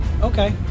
Okay